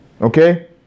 Okay